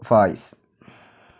Fayis